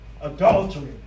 Adultery